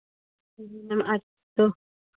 जी ma'am तो